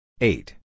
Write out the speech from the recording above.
Eight